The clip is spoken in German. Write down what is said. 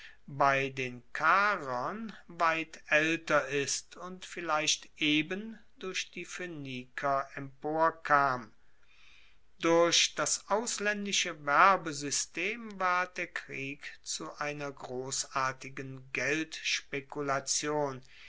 bei den karern weit aelter ist und vielleicht eben durch die phoeniker emporkam durch das auslaendische werbesystem ward der krieg zu einer grossartigen geldspekulation